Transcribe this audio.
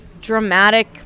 dramatic